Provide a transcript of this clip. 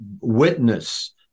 witness